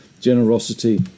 generosity